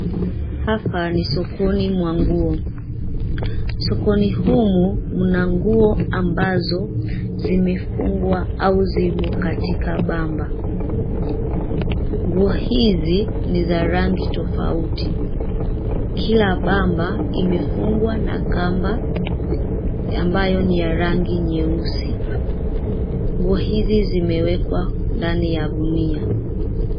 Hapa ni sokoni mwa nguo. Sokoni humu mna nguo ambazo zimefungwa au zimo katika bamba Nguo hizi ni za rangi tofauti, kila bamba imefungwa na kamba ambayo ni ya rangi nyeusi. Nguo hizi zimewekwa ndani ya gunia.